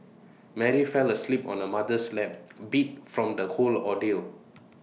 Mary fell asleep on her mother's lap beat from the whole ordeal